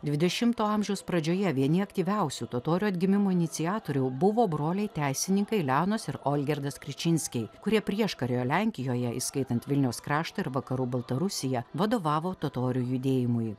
dvidešimto amžiaus pradžioje vieni aktyviausių totorių atgimimo iniciatorių buvo broliai teisininkai leonos ir olgirdas kričinskiai kurie prieškario lenkijoje įskaitant vilniaus kraštą ir vakarų baltarusiją vadovavo totorių judėjimui